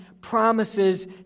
promises